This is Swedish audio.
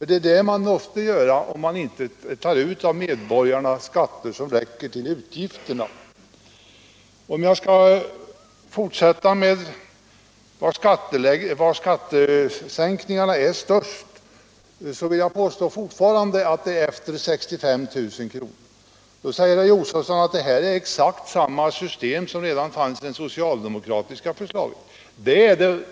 Det måste man nämligen göra om man inte av medborgarna tar ut skatter som räcker till utgifterna. Jag hävdar fortfarande att skattesänkningen blir störst efter 65 000 kronors inkomst. Herr Josefson säger att detta är exakt samma system som det socialdemokratiska förslaget byggde på.